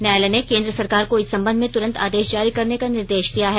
न्यायालय ने केंद्र सरकार को इस संबंध में तुरंत आदेश जारी करने का निर्देश दिया है